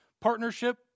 partnership